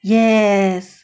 yes